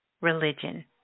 religion